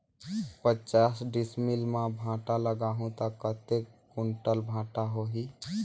पचास डिसमिल मां भांटा लगाहूं ता कतेक कुंटल भांटा होही?